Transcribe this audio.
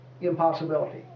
impossibility